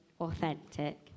authentic